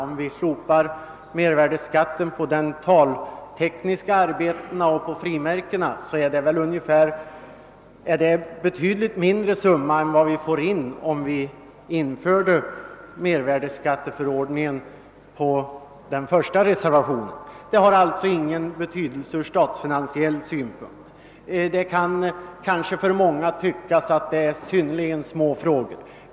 Om vi slopar mervärdeskatten på dentaltekniska arbeten och på frimärken, så blir det fråga om en betydligt mindre summa än den som skulle tillföras statsverket om mervärdeskatteförordningen började tillämpas på det sätt som föreslås i reservationen 1.